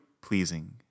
pleasing